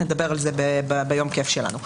נדבר על זה ביום כיף שלנו.